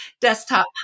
desktop